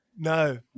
No